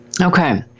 Okay